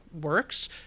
works